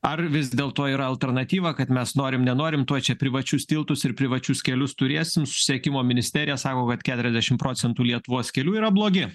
ar vis dėlto yra alternatyva kad mes norim nenorim tuoj čia privačius tiltus ir privačius kelius turėsim susisiekimo ministerija sako kad keturiasdešim procentų lietuvos kelių yra blogi